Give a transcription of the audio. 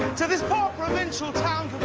to this poor provincial town.